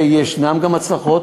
ויש גם הצלחות,